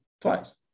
twice